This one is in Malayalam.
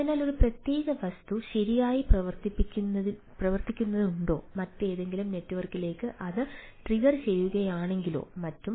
അതിനാൽ ഒരു പ്രത്യേക വസ്തു ശരിയായി പ്രവർത്തിക്കുന്നില്ലെങ്കിലോ മറ്റേതെങ്കിലും നെറ്റ്വർക്കിലേക്ക് അത് ട്രിഗർ ചെയ്യുകയാണെങ്കിലോ മറ്റും